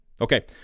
okay